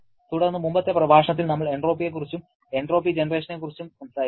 തുടർന്ന് മുമ്പത്തെ പ്രഭാഷണത്തിൽ നമ്മൾ എൻട്രോപ്പിയെക്കുറിച്ചും എൻട്രോപ്പി ജനറേഷനെക്കുറിച്ചും സംസാരിച്ചു